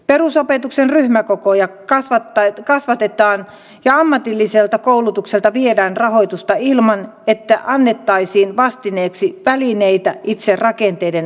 perusopetuksen ryhmäkokoja kasvatetaan ja ammatilliselta koulutukselta viedään rahoitusta ilman että annettaisiin vastineeksi välineitä itse rakenteiden uudistamiseen